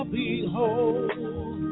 behold